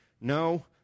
no